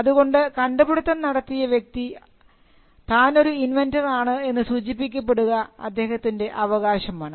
അതുകൊണ്ട് കണ്ടുപിടുത്തം നടത്തിയ വ്യക്തി താനൊരു ഇൻവെൻന്ററാണ് എന്ന് സൂചിപ്പിക്കപ്പെടുക അദ്ദേഹത്തിൻറെ അവകാശമാണ്